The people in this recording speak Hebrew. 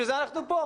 לשם כך אנחנו כאן.